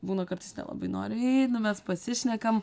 būna kartais nelabai noriai eina mes pasišnekam